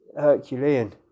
Herculean